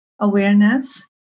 awareness